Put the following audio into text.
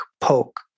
poke